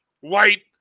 white